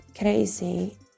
crazy